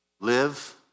live